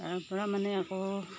তাৰ পৰা মানে আকৌ